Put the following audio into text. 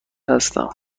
هستم